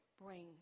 bring